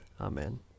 Amen